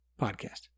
podcast